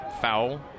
Foul